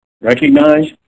Recognize